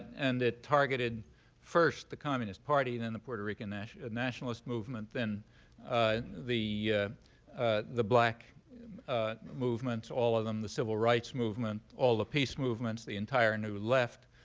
and it targeted first the communist party, then the puerto rican nationalist nationalist movement, then the the black movements, all of them, the civil rights movement, all the peace movements, the entire new left,